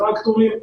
טרקטורים,